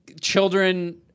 children